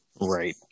Right